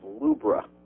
Lubra